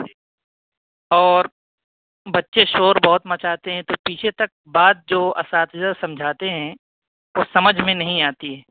اور بچے شور بہت مچاتے ہیں تو پیچھے تک بات جو اساتذہ سمجھاتے ہیں تو سمجھ میں نہیں آتی ہے